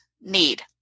need